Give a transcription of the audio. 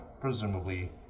presumably